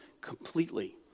completely